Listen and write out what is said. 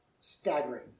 Staggering